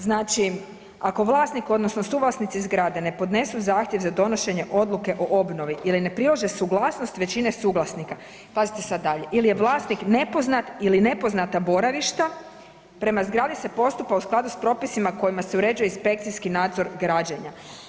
Znači ako vlasnik odnosno suvlasnici zgrade ne podnesu zahtjev za donošenje odluke o obnovi ili ne prilože suglasnost većine suvlasnika, pazite sad dalje, ili je vlasnik nepoznat ili nepoznata boravišta prema zgradi se postupa u skladu s propisima kojima se uređuje inspekcijski nadzor građenja.